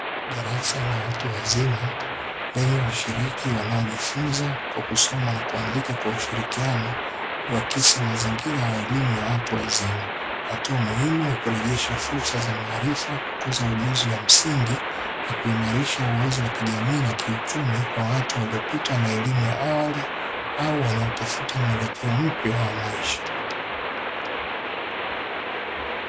Darasa la watu wazima lenye washiriki wanaojifunza kwa kusoma na kuandika kwa ushirikiano, ,huakisi mazingira ya elimu ya watu wazima. Hatua muhimu ya kurejesha fursa za maarifa kukuza ujuzi wa msingi na kuimarisha uwezo wa kijamii na kiuchumi kwa watu waliopitwa na elimu ya awali au wanaotafuta muelekeo mpya wa maisha.